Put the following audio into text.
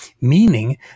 meaning